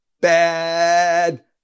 bad